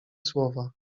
słowa